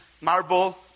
marble